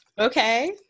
Okay